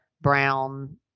brown